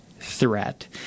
threat